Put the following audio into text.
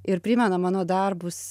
ir primena mano darbus